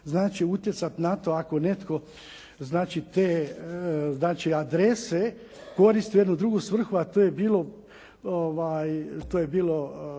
znači utjecati na to ako netko te adrese koristi u jednu drugu svrhu a to je bilo